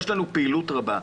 פעילות רבה.